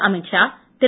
Amit Shah Thiru